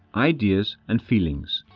ideas and feelings.